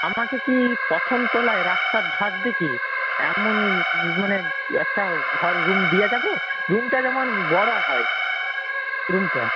আমাকে কি প্রথম তলায় রাস্তার ধার দিকে এমন মানে একটা ঘর রুম দেওয়া যাবে রুমটা যেমন বড় হয় রুমটা